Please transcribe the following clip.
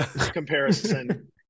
comparison